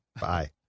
Bye